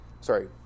sorry